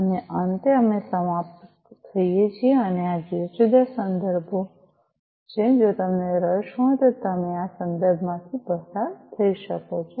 અને અંતે અમે સમાપ્ત થઈએ છીએ અને આ જુદા જુદા સંદર્ભો છે જો તમને રસ હોય તો તમે આ સંદર્ભોમાંથી પસાર થઈ શકો છો